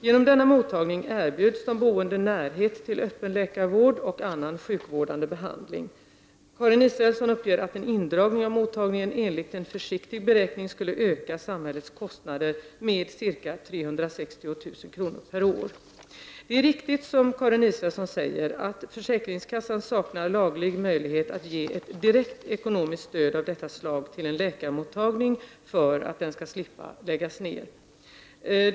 Genom denna mottagning erbjuds de boende närhet till öppen läkarvård och annan sjukvårdande behandling. Karin Israelsson uppger att en indragning av mottagningen enligt en försiktig beräkning skulle öka samhällets kostnader med ca 360 000 kr. per år. Det är riktigt som Karin Israelsson säger att försäkringskassan saknar laglig möjlighet att ge ett direkt ekonomiskt stöd av detta slag till en läkarmottagning för att den skall slippa läggas ned.